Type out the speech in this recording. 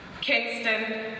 Kingston